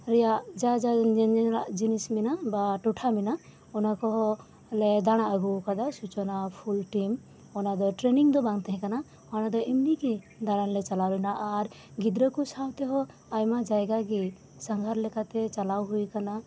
ᱨᱮᱭᱟᱜ ᱡᱟ ᱡᱟ ᱧᱮᱧᱮᱞᱟᱜ ᱡᱤᱱᱤᱥ ᱢᱮᱱᱟᱜ ᱵᱟ ᱴᱚᱴᱷᱟ ᱢᱮᱱᱟᱜ ᱚᱱᱟ ᱠᱚᱦᱚᱸᱞᱮ ᱫᱟᱬᱟ ᱟᱹᱜᱩ ᱟᱠᱟᱫᱟ ᱥᱩᱪᱚᱱᱟ ᱯᱷᱩᱞᱴᱤᱢ ᱚᱱᱟᱫᱚ ᱴᱨᱮᱱᱤᱝᱫᱚ ᱵᱟᱝᱛᱟᱦᱮᱸ ᱠᱟᱱᱟ ᱚᱱᱟᱫᱚ ᱮᱢᱱᱤᱜᱮ ᱫᱟᱬᱟᱱᱞᱮ ᱪᱟᱞᱟᱣᱞᱮᱱᱟ ᱟᱨ ᱜᱤᱫᱽᱨᱟᱹᱠᱩ ᱥᱟᱶᱛᱮᱦᱚᱸ ᱟᱭᱢᱟ ᱡᱟᱭᱜᱟᱜᱤ ᱥᱟᱜᱷᱟᱸᱨ ᱞᱮᱠᱟᱛᱮ ᱪᱟᱞᱟᱣ ᱦᱩᱭ ᱟᱠᱟᱱᱟ